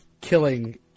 killing